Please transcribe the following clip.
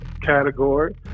category